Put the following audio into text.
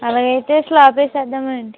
అలాగైతే స్లాబ్ వేసేద్దాం అండి